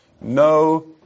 no